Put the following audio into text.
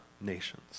nations